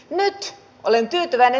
minä se olen tyytyväinen